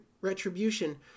retribution